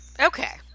Okay